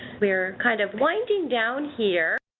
we're kind of winding down here